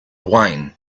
wine